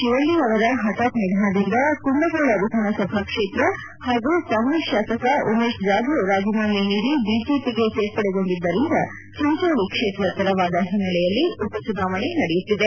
ಶಿವಳ್ಳಿ ಅವರ ಹಠಾತ್ ನಿಧನದಿಂದ ಕುಂದಗೋಳ ವಿಧಾನಸಭಾ ಕ್ಷೇತ್ರ ಹಾಗೂ ಕಾಂಗ್ರೆಸ್ ಶಾಸಕ ಉಮೇಶ್ ಜಾಧವ್ ರಾಜೀನಾಮೆ ನೀದಿ ಬಿಜೆಪಿಗೆ ಸೇರ್ಪಡೆಗೊಂಡಿದ್ದರಿಂದ ಚಿಂಚೋಳಿ ಕ್ಷೇತ್ರ ತೆರವಾದ ಹಿನ್ನೆಲೆಯಲ್ಲಿ ಉಪಚುನಾವಣೆ ನಡೆಯುತ್ತಿದೆ